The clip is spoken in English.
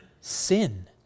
sin